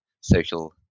social